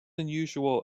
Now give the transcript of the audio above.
unusual